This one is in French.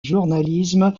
journalisme